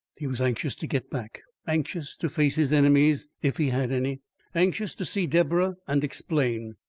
he was anxious to get back anxious to face his enemies if he had any anxious to see deborah and explain.